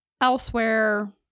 elsewhere